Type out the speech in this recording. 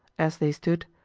as they stood,